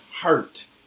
hurt